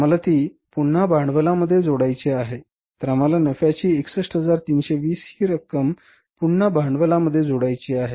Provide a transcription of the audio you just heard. आम्हाला ती पुन्हा भांडवलामध्ये जोडायची आहे तर आम्हाला नफ्याची 61320 हि रक्कम पुन्हा भांडवलामध्ये जोडायची आहे